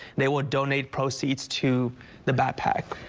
they would donate proceeds to the backpack.